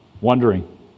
wondering